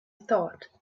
thought